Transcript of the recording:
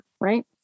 right